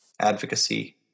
advocacy